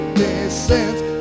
descends